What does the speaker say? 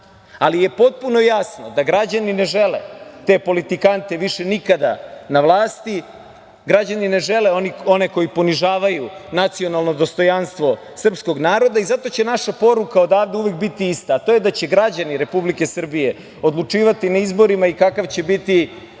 Ali, potpuno je jasno da građani ne žele te politikante više nikada na vlasti. Građani ne žele one koji ponižavaju nacionalno dostojanstvo srpskog naroda. Zato će naša poruka odavde uvek biti ista, a to je da će građani Republike Srbije odlučivati na izborima i kakav će biti